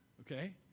Okay